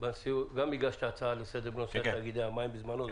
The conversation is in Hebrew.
חבר הכנסת מאיר כהן הגיש הצעה לסדר בנושא תאגידי המים בזמנו,